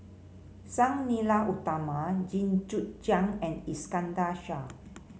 Sang Nila Utama Jit Koon Ch'ng and Iskandar Shah